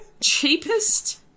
cheapest